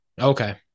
Okay